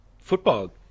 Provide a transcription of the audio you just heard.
football